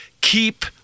keep